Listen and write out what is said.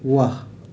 वाह